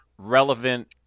Relevant